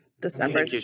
December